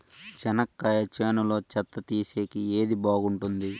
చెనక్కాయ చేనులో చెత్త తీసేకి ఏది బాగుంటుంది?